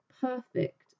perfect